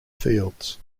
fields